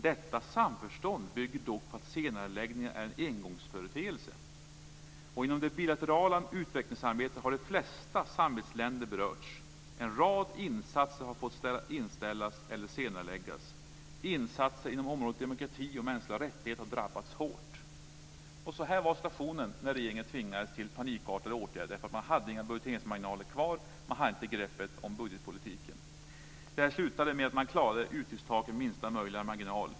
Detta samförstånd bygger dock på att senareläggningarna är en engångsföreteelse. Inom det bilaterala utvecklingssamarbetet har de flesta samarbetsländer berörts. En rad insatser har fått inställas eller senareläggas. Insatser inom området demokrati och mänskliga rättigheter har drabbats hårt." Så här var situationen när regeringen tvingades till panikartade åtgärder därför att man inte hade några budgeteringsmarginaler kvar. Man hade inte greppet om budgetpolitiken. Det här slutade med att man klarade utgiftstaken med minsta möjliga marginal.